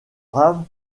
brave